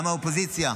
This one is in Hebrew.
גם מהאופוזיציה,